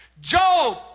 Job